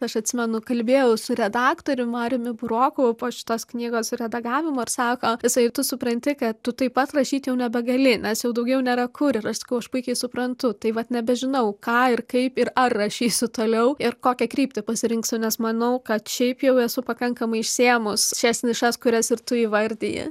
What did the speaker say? aš atsimenu kalbėjau su redaktorium mariumi buroku po šitos knygos redagavimo ir sako jisai tu supranti kad tu taip pat rašyt jau nebegali nes jau daugiau nėra kur ir aš sakiau aš puikiai suprantu tai vat nebežinau ką ir kaip ir ar rašysiu toliau ir kokią kryptį pasirinksiu nes manau kad šiaip jau esu pakankamai išsėmus šias nišas kurias ir tu įvardiji